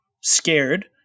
scared